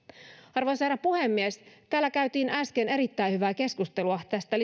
arvoisa herra puhemies täällä käytiin äsken erittäin hyvää keskustelua tästä